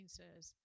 says